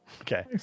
Okay